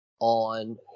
on